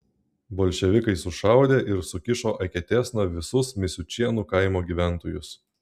bolševikai sušaudė ir sukišo eketėsna visus misiučėnų kaimo gyventojus